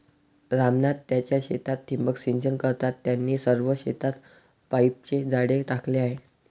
राम नाथ त्यांच्या शेतात ठिबक सिंचन करतात, त्यांनी सर्व शेतात पाईपचे जाळे टाकले आहे